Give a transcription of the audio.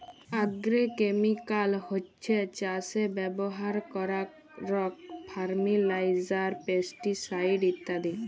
agrochemical হছ্যে চাসে ব্যবহার করারক ফার্টিলাইজার, পেস্টিসাইড ইত্যাদি